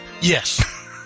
Yes